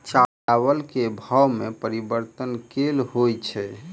चावल केँ भाव मे परिवर्तन केल होइ छै?